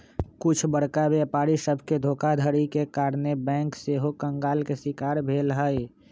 कुछ बरका व्यापारी सभके धोखाधड़ी के कारणे बैंक सेहो कंगाल के शिकार भेल हइ